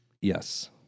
Yes